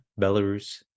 Belarus